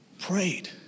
prayed